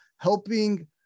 helping